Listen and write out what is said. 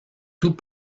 tout